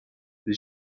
les